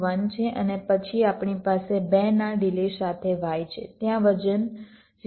1 છે અને પછી આપણી પાસે 2 ના ડિલે સાથે y છે ત્યાં વજન 0